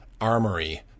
armory